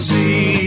see